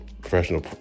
professional